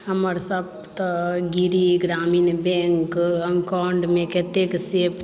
हमर सप्तगिरि ग्रामीण बैंक अकाउंटमे कतेक शेष